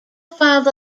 filed